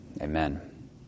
Amen